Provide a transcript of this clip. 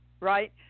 Right